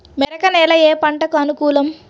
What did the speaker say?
మెరక నేల ఏ పంటకు అనుకూలం?